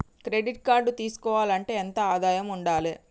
Credit card తీసుకోవాలంటే ఎంత ఆదాయం ఉండాలే?